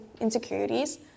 insecurities